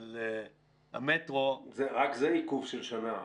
אבל המטרו --- רק זה עיכוב של שנה,